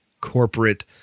corporate